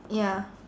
ya